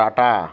tata